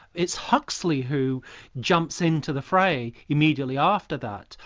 it's huxley who jumps into the fray immediately after that,